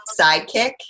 sidekick